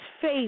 face